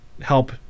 help